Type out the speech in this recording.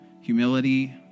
humility